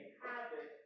habit